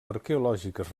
arqueològiques